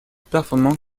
performants